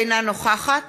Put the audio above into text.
אינה נוכחת